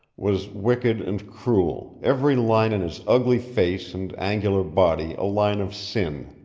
was wicked and cruel, every line in his ugly face and angular body a line of sin.